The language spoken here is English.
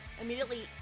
immediately